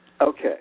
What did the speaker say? Okay